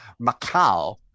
Macau